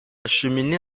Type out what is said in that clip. cheminée